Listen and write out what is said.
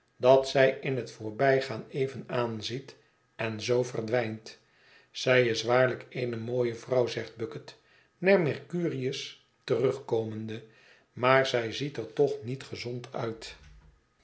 dat zij in het voorbijgaan even aanziet en zoo verdwijnt zij is waarlijk eene mooie vrouw zegt bucket naar mercurius terugkomende maar zij ziet er toch niet gezond uit